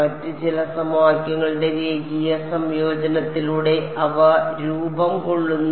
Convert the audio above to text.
മറ്റ് ചില സമവാക്യങ്ങളുടെ രേഖീയ സംയോജനത്തിലൂടെ അവ രൂപം കൊള്ളുന്നു